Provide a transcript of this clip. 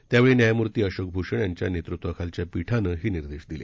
त्यावेळी न्यायमूर्ती अशोक भुषण यांच्या नेतृत्वाखालच्या पीठानं हे निर्देश दिले